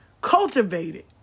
cultivated